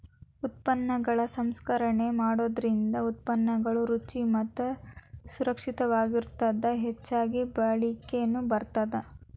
ಉತ್ಪನ್ನಗಳ ಸಂಸ್ಕರಣೆ ಮಾಡೋದರಿಂದ ಉತ್ಪನ್ನಗಳು ರುಚಿ ಮತ್ತ ಸುರಕ್ಷಿತವಾಗಿರತ್ತದ ಹೆಚ್ಚಗಿ ಬಾಳಿಕೆನು ಬರತ್ತದ